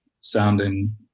sounding